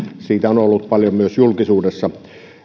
siitä on ollut paljon myös julkisuudessa